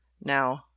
now